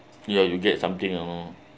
ya you get something lor